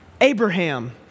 Abraham